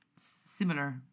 Similar